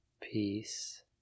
peace